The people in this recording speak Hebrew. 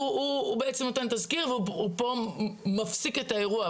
הוא בעצם נותן תסקיר ומפסיק את האירוע.